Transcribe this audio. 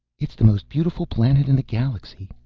it's the most beautiful planet in the galaxy,